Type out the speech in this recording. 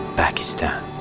pakistan!